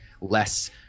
less